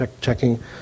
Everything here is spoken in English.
checking